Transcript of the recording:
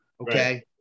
Okay